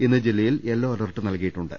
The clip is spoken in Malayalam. ഇന്ന് ജില്ലയിൽ യെല്ലോ അലർട്ട് നൽകിയിട്ടുണ്ട്